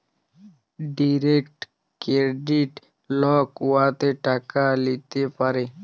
direct credit লক উয়াতে টাকা ল্যিতে পারে